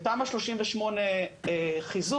ותמ"א 38 חיזוק,